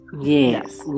yes